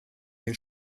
den